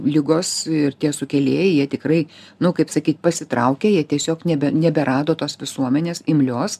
ligos ir tie sukėlėjai jie tikrai nu kaip sakyt pasitraukė jie tiesiog nebe neberado tos visuomenės imlios